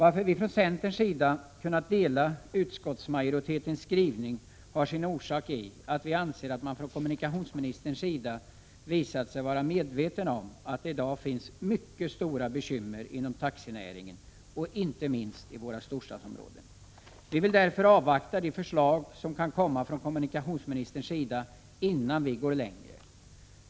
Att vi från centerns sida kunnat ställa oss bakom utskottsmajoritetens skrivning har sin orsak i att vi anser att kommunikationsministern visat sig vara medveten om att man i dag har mycket stora bekymmer inom taxinäringen, inte minst i storstadsområdena. Vi vill därför avvakta de förslag som kan komma från kommunikationsministern innan vi går längre.